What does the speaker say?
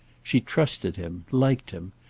she trusted him, liked him,